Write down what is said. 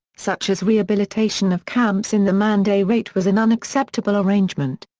such as rehabilitation of camps in the man-day-rate was an unacceptable arrangement.